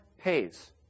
pays